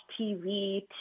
TV